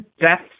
death